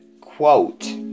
quote